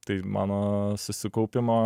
tai mano susikaupimo